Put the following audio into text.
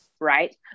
right